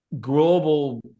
global